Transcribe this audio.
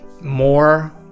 more